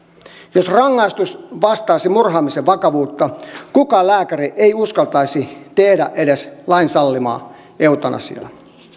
jos rangaistus vastaisi murhaamisen vakavuutta kukaan lääkäri ei uskaltaisi tehdä edes lain sallimaa eutanasiaa